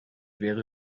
wäre